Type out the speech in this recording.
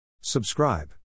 Subscribe